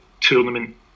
tournament